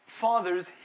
Fathers